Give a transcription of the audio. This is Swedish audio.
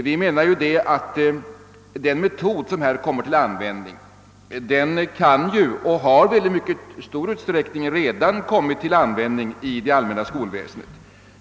Vi menar att den metod, som här kommer till användning, redan i mycket stor utsträckning tillämpas i det allmänna skolväsendet.